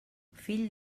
fill